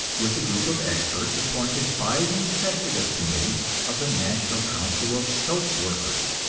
with a group of experts appointed by the executive committee of the national council of soap workers.